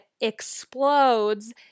explodes